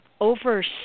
over